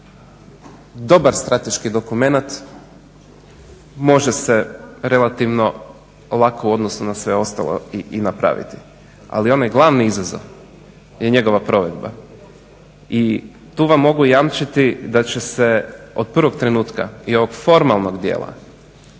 dobar strateški dokumenat može se relativno olako u odnosu na sve ostalo i napraviti. Ali onaj glavni izazov je njegova provedba i tu vam mogu jamčiti da će se od prvog trenutka i ovog formalnog dijela